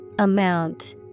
Amount